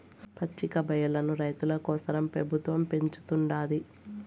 పచ్చికబయల్లను రైతుల కోసరం పెబుత్వం పెంచుతుండాది